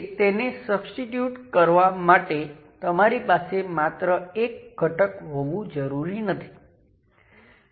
તેથી આ બધી વસ્તુઓ તમને વિવિધ પેરામિટરના સેટ આપશે